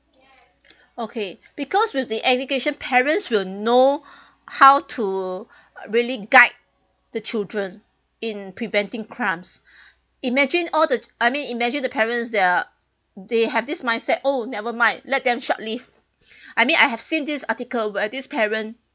okay because with the education parents will know how to uh really guide the children in preventing crimes imagine all the I mean imagine the parents they are they have this mindset oh never mind let them shoplift I mean I have seen this article where this parent